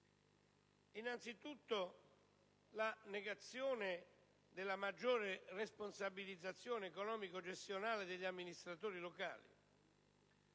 Innanzitutto, è la negazione della maggiore responsabilizzazione economico-gestionale degli amministratori locali,